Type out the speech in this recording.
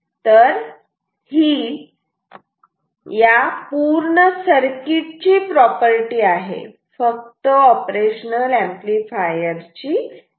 तर ही या पूर्ण सर्किट ची प्रॉपर्टी आहे फक्त ऑपरेशनल ऍम्प्लिफायर ची नाही